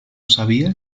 sabía